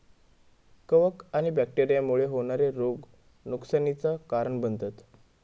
कवक आणि बैक्टेरिया मुळे होणारे रोग नुकसानीचा कारण बनतत